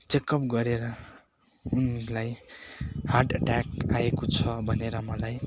checkup गरेर उनीलाई heart attack आएको छ भनेर मलाई